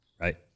right